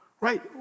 Right